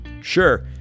Sure